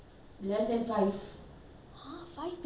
!huh! five people to manage sixty guests